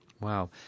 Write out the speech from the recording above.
wow